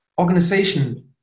organization